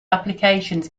applications